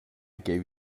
gave